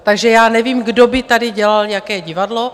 Takže já nevím, kdo by tady dělal jaké divadlo.